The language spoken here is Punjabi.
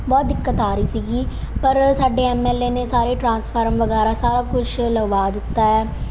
ਬਹੁਤ ਦਿੱਕਤ ਆ ਰਹੀ ਸੀਗੀ ਪਰ ਸਾਡੇ ਐਮ ਐਲ ਏ ਨੇ ਸਾਰੇ ਟਰਾਂਸਫਾਰਮ ਵਗੈਰਾ ਸਾਰਾ ਕੁਛ ਲਗਵਾ ਦਿੱਤਾ